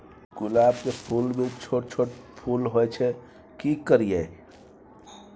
गुलाब के फूल में छोट छोट फूल होय छै की करियै?